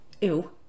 ew